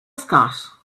scott